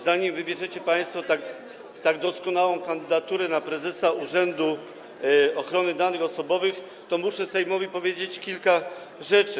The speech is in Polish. Zanim wybierzecie państwo tak doskonałą kandydaturę na prezesa Urzędu Ochrony Danych Osobowych, to muszę Sejmowi powiedzieć kilka rzeczy.